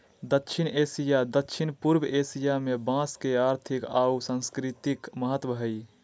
दक्षिण एशिया, दक्षिण पूर्व एशिया में बांस के आर्थिक आऊ सांस्कृतिक महत्व हइ